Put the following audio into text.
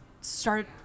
start